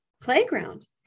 playground